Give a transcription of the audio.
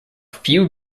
few